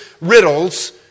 riddles